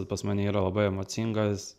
pas mane yra labai emocingas